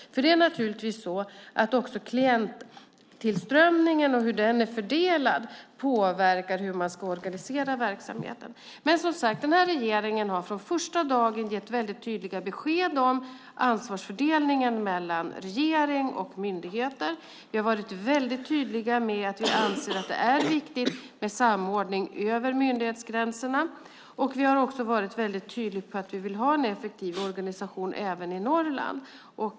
Naturligtvis påverkar också klienttillströmningen hur man ska organisera verksamheten. Som sagt, den här regeringen har från första dagen gett mycket tydliga besked om ansvarsfördelningen mellan regering och myndigheter. Vi har varit tydliga med att det är viktigt med samordning över myndighetsgränserna. Vi har också varit mycket tydliga med att vi vill ha en effektiv organisation även i Norrland.